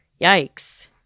yikes